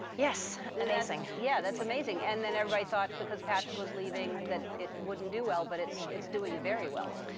yes, and amazing. yeah, that's amazing. and then everybody thought because patrick was leaving that it wouldn't do well, but it's it's doing very well.